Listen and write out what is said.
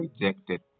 rejected